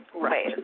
right